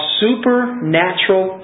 supernatural